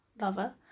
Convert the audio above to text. Lover